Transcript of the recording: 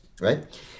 right